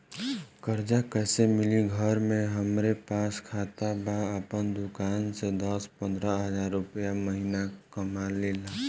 कर्जा कैसे मिली घर में हमरे पास खाता बा आपन दुकानसे दस पंद्रह हज़ार रुपया महीना कमा लीला?